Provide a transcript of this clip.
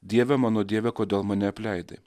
dieve mano dieve kodėl mane apleidai